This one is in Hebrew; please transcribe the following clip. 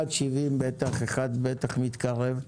אחד בגיל 70 בטח, אחד בטח מתקרב,